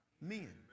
men